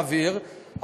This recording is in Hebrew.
מעביר,